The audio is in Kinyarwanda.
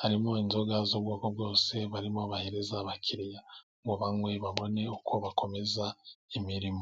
Harimo inzoga z'ubwoko bwose, barimo bahereza abakiriya ngo banywe babone uko bakomeza imirimo.